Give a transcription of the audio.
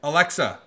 Alexa